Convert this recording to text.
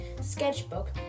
Sketchbook